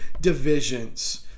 divisions